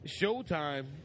Showtime